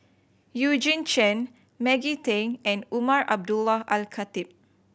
Eugene Chen Maggie Teng and Umar Abdullah Al Khatib